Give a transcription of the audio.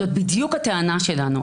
זאת בדיוק הטענה שלנו.